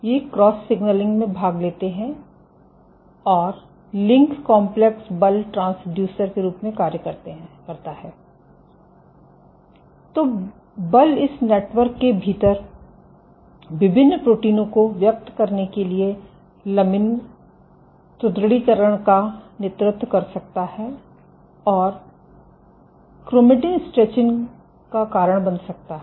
ये cross signalling में भाग लेते है और लिंक कॉम्प्लेक्स बल ट्रांसड्यूसर के रूप में कार्य करता है तो बल इस नेटवर्क के भीतर विभिन्न प्रोटीनों को व्यक्त करने के लिए लमिन सुदृढीकरण का नेतृत्व कर सकता है और क्रोमेटिन स्ट्रेचिंग का कारण बन सकता है